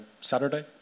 Saturday